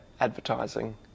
advertising